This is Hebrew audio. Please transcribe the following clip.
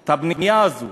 את הבנייה הזו.